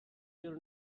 your